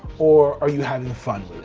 or are you having fun